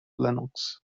lenox